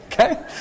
Okay